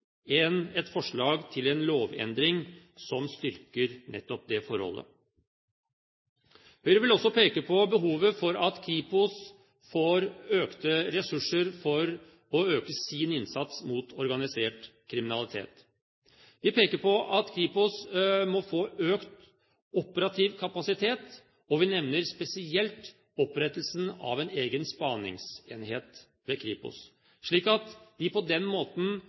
et forslag til en lovendring som styrker nettopp det forholdet. Høyre vil også peke på behovet for at Kripos får økte ressurser for å øke sin innsats mot organisert kriminalitet. Vi peker på at Kripos må få økt operativ kapasitet, og vi nevner spesielt opprettelsen av en egen spaningsenhet ved Kripos, slik at de på den måten